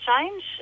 change